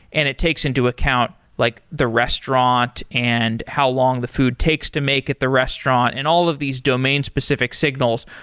and it takes into account like the restaurant and how long the food takes to make at the restaurant, and all of these domain specific signals.